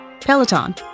Peloton